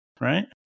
right